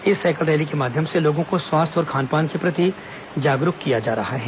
इस cycle rally के माध्यम से लोगों को स्वास्थ्य और खान पान के प्रति जागरूक किया जा रहा है